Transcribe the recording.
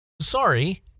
Sorry